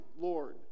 Lord